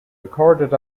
recorded